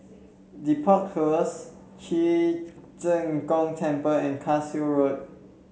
Depot Close Ci Zheng Gong Temple and Cashew Road